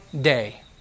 day